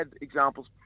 examples